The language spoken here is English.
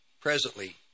presently